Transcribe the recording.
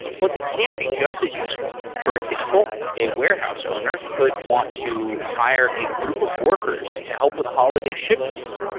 but they can be just as useful. for example, a warehouse owner could want to hire a group of workers to help with holiday shipments.